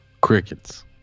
Crickets